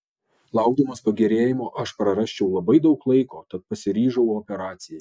laukdamas pagerėjimo aš prarasčiau labai daug laiko tad pasiryžau operacijai